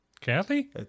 Kathy